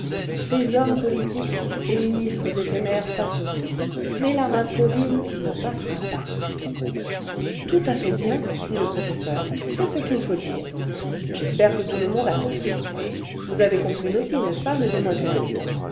ces hommes politiques ces ministres éphémères passeront mais la race bovine ne passera pas tout à fait bien dit le professeur c'est ce qu'il faut dire j'espère le vingtième siècle que tout le monde a compris vous avez compris aussi n'est-ce pas mesdemoiselles